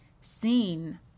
seen